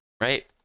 right